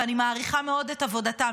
ואני מעריכה מאוד את עבודתם.